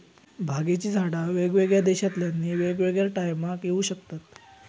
भांगेची झाडा वेगवेगळ्या देशांतल्यानी वेगवेगळ्या टायमाक येऊ शकतत